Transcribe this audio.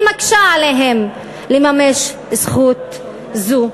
והיא מקשה עליהן לממש זכות זו.